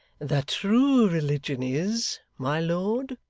the true religion is, my lord